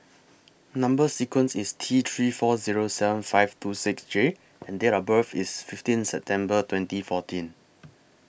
Number sequence IS T three four Zero seven five two six J and Date of birth IS fifteen September twenty fourteen